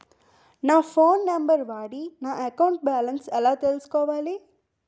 నా phone number వాడి నా అకౌంట్ బాలన్స్ ఎలా తెలుసుకోవాలి?